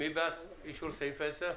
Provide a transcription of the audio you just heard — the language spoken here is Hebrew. מי בעד אישור סעיף 10?